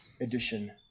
edition